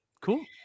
Cool